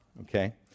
Okay